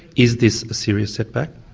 is this a serious set back?